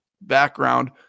background